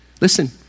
Listen